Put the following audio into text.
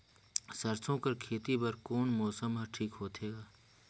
सरसो कर खेती बर कोन मौसम हर ठीक होथे ग?